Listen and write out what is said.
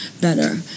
better